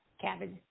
cabbage